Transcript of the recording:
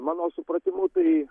mano supratimu tai